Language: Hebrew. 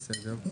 אוקיי, בסדר.